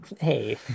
Hey